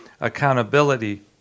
Accountability